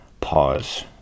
pause